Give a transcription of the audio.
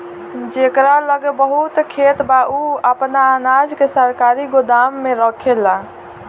जेकरा लगे बहुत खेत बा उ आपन अनाज के सरकारी गोदाम में रखेला